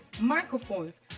microphones